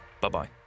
bye-bye